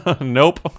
Nope